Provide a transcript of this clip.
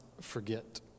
forget